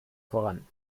voran